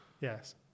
Yes